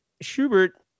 Schubert